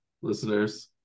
listeners